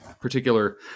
particular